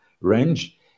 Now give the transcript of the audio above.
range